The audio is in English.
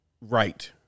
right